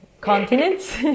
continents